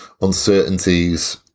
uncertainties